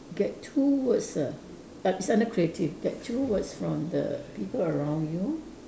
get two words ah ah it's under creative get two words from the people around you